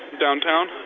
Downtown